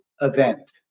event